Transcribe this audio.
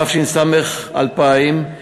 התש"ס 2000,